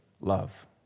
love